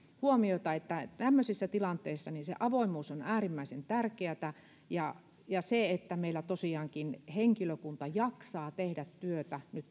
huomiota tämmöisissä tilanteissa se avoimuus on äärimmäisen tärkeätä ja ja se että meillä tosiaankin henkilökunta jaksaa tehdä työtä nyt